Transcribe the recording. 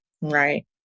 right